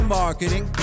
marketing